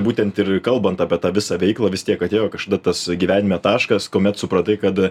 būtent ir kalbant apie tą visą veiklą vis tiek atėjo kažkada tas gyvenime taškas kuomet supratai kad